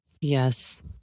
Yes